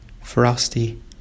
frosty